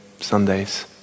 Sundays